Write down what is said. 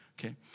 Okay